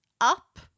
up